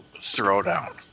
throwdown